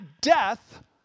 death